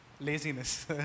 Laziness